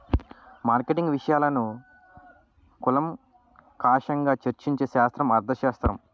marketing విషయాలను కూలంకషంగా చర్చించే శాస్త్రం అర్థశాస్త్రం